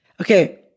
okay